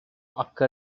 occur